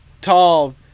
tall